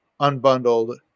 unbundled